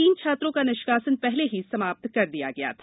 तीन छात्रों का निष्कासन पहले ही समाप्त कर दिया गया था